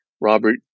Robert